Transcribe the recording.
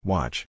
Watch